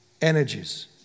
energies